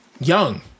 Young